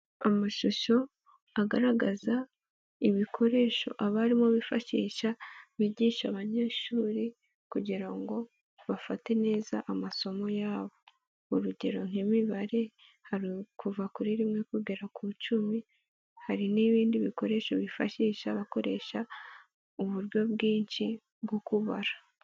Amashusho agaragaza ibikoresho abarimu bifashisha bigisha abanyeshuri kugira ngo bafate neza amasomo yabo, urugero nk'imibare hari kuva kuri rimwe kugera ku icumi, hari n'ibindi bikoresho bifashisha bakoresha uburyo bwinshi bwo kubara.